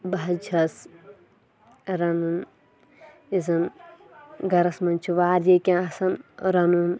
بہٕ حظ چھَس رَنُن یُس زَن گَھرَس منٛز چھُ واریاہ کیٚنٛہہ آسان رَنُن